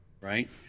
right